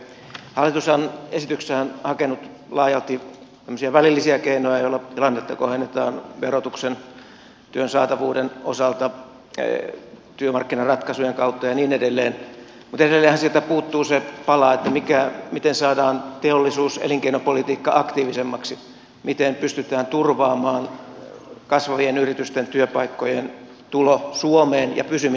hallitushan on esityksessään hakenut laajalti tämmöisiä välillisiä keinoja joilla tilannetta kohennetaan verotuksen työn saatavuuden osalta työmarkkinaratkaisujen kautta ja niin edelleen mutta edelleenhän sieltä puuttuu se pala miten saadaan teollisuus ja elinkeinopolitiikka aktiivisemmaksi miten pystytään turvaamaan kasvavien yritysten työpaikkojen tulo suomeen ja pysyminen suomessa